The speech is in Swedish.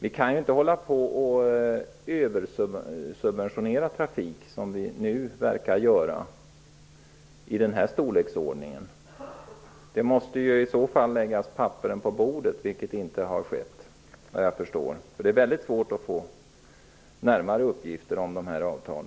Vi kan inte fortsätta att i nuvarande omfattning översubventionera trafiken. I så fall måste man lägga papperen på bordet, vilket inte har skett. Det är väldigt svårt att få närmare uppgifter om dessa avtal.